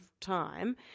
time